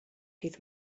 dydd